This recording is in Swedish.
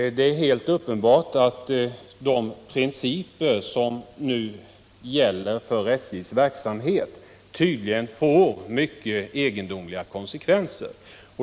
stånd. Det är alldeles uppenbart att de principer som nu gäller för SJ:s verksamhet får mycket egendomliga konsekvenser.